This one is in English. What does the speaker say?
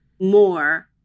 more